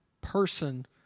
person